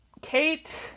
Kate